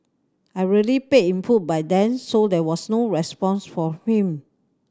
I really paid in full by then so there was no response from him